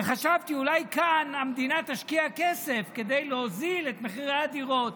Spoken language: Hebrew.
וחשבתי שאולי כאן המדינה תשקיע כסף כדי להוריד את מחירי הדירות,